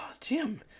Jim